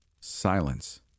Silence